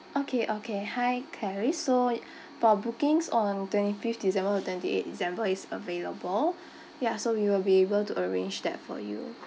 okay okay hi carrie so for bookings on twenty fifth december to twenty eight december is available ya so we will be able to arrange that for you